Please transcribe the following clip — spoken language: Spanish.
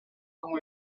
como